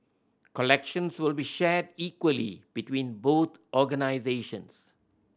collections will be shared equally between both organisations